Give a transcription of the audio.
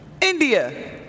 India